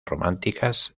románticas